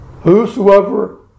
Whosoever